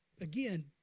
Again